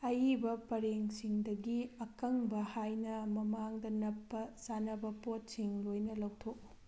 ꯑꯌꯤꯕ ꯄꯔꯦꯡꯁꯤꯡꯗꯒꯤ ꯑꯀꯪꯕ ꯍꯥꯏꯅ ꯃꯃꯥꯡꯗ ꯅꯞꯄ ꯆꯥꯅꯕ ꯄꯣꯠꯁꯤꯡ ꯂꯣꯏꯅ ꯂꯧꯊꯣꯛꯎ